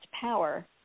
power